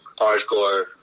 hardcore